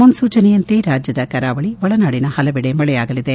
ಮುನ್ಸೂಚನೆಯಂತೆ ರಾಜ್ದದ ಕರಾವಳಿ ಒಳನಾಡಿನ ಹಲವೆಡೆ ಮಳೆಯಾಗಲಿದೆ